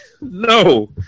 no